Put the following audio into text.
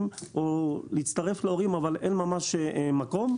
או להצטרף להורים אבל אין ממש מקום.